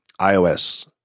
iOS